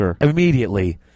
immediately